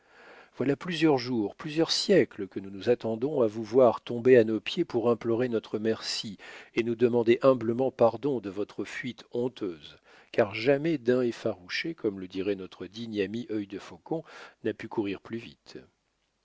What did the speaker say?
voilà plusieurs jours plusieurs siècles que nous nous attendons à vous voir tomber à nos pieds pour implorer notre merci et nous demander humblement pardon de votre fuite honteuse car jamais daim effarouché comme le dirait notre digne ami œil de faucon n'a pu courir plus vite